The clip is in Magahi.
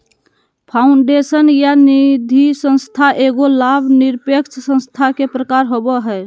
फाउंडेशन या निधिसंस्था एगो लाभ निरपेक्ष संस्था के प्रकार होवो हय